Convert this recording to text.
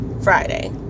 Friday